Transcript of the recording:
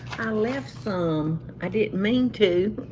left so um i didn't mean to.